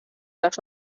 las